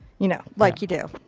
you know. like you do.